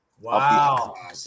Wow